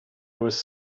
was